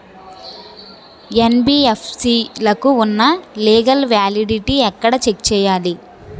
NBFC లకు ఉన్నా legal validity ఎక్కడ చెక్ చేయాలి?